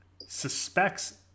suspects